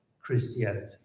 Christianity